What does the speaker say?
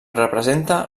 representa